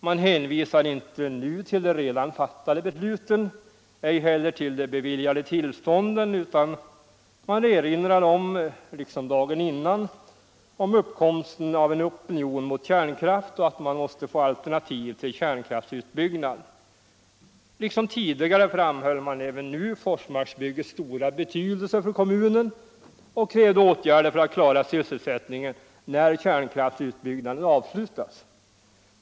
Man hänvisade nu inte till de redan fattade besluten, ej heller till de beviljade tillstånden utan man erinrade, liksom dagen innan, om uppkomsten av en opinion mot kärnkraft och att man måste få alternativ till kärnkraftsutbyggnad. Liksom tidigare framhöll man även nu Forsmarksbyggets stora betydelse för kommunen och krävde åtgärder för att klara sysselsättningen när kärnkraftsutbyggnaden avslutas.